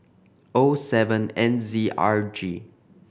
O seven N Z R G